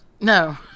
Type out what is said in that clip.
No